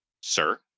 sir